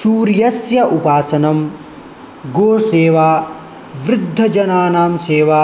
सूर्यस्य उपासना गोसेवा वृद्धजनानां सेवा